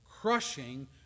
crushing